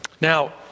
Now